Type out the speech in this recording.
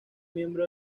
miembro